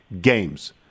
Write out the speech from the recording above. games